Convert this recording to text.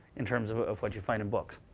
in terms of ah of what you find in books.